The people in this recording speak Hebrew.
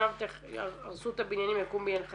שעכשיו הרסו את הבניינים ויקום בניין אחד